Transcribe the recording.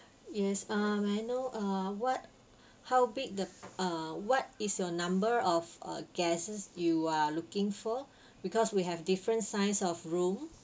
yes uh may I know uh what how big the uh what is your number of uh guests you are looking for because we have different size of room